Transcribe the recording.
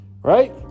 right